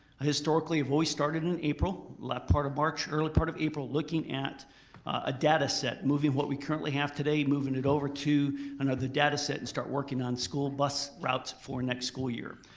historically have always started in april. late part of march, early part of april, looking at a data set moving what we currently have today, moving it over to another data set and start working on school bus routes for next school year.